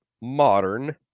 modern